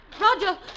Roger